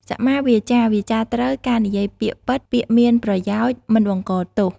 សម្មាវាចា វាចាត្រូវ ការនិយាយពាក្យពិត ពាក្យមានប្រយោជន៍ មិនបង្កទោស។